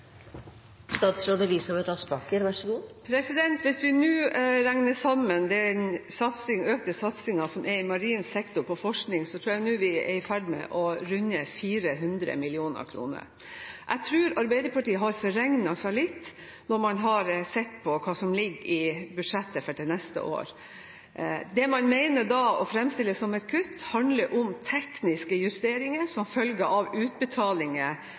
Hvis vi nå regner sammen den økte satsingen på forskning som er i marin sektor, tror jeg vi er i ferd med å runde 400 mill. kr. Jeg tror Arbeiderpartiet har forregnet seg litt når man har sett på hva som ligger i budsjettet for neste år. Det man fremstiller som et kutt, handler om tekniske justeringer som følge av faseforskyvninger og utbetalinger